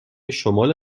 شمال